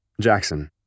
Jackson